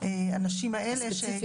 אין מצב שניתן